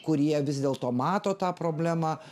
kurie vis dėlto mato tą problemą